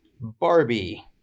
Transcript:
Barbie